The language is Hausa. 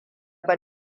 ba